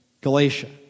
Galatia